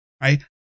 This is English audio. right